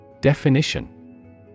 Definition